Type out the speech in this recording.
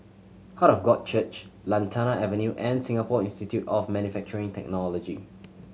Heart of God Church Lantana Avenue and Singapore Institute of Manufacturing Technology